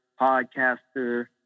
podcaster